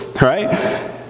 right